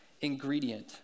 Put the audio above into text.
ingredient